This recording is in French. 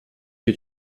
que